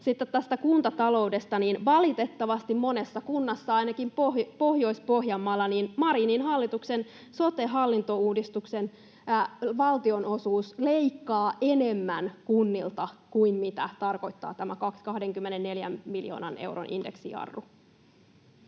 Sitten tästä kuntataloudesta: Valitettavasti monessa kunnassa ainakin Pohjois-Pohjanmaalla Marinin hallituksen sote-hallintouudistuksen valtionosuus leikkaa enemmän kunnilta kuin mitä tarkoittaa tämä 24 miljoonan euron indeksijarru.